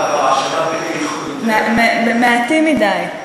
מעטים מדי.